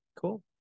Cool